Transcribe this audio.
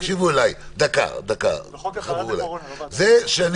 זה שאני